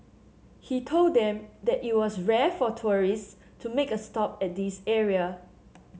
he told them that it was rare for tourists to make a stop at this area